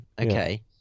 okay